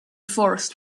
forest